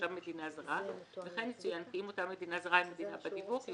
שנחתמה בידו או שאושרה בידו בדרך אחרת